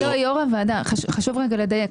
לא יו"ר הוועדה חשוב רגע לדייק,